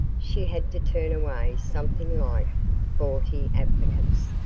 she had to turn away something like forty applicants,